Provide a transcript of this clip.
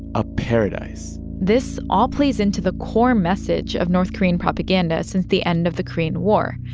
a paradise this all plays into the core message of north korean propaganda since the end of the korean war,